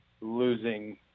losing